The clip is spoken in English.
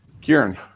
Kieran